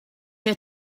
her